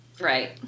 Right